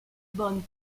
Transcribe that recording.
bonnes